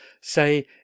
Say